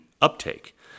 uptake